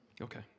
Okay